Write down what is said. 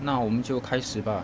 那我们就开始吧